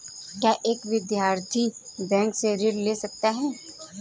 क्या एक विद्यार्थी बैंक से ऋण ले सकता है?